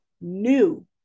new